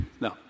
No